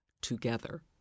together